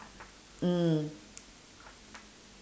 mm